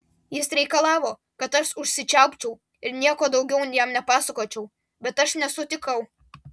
jis reikalavo kad aš užsičiaupčiau ir nieko daugiau jam nepasakočiau bet aš nesutikau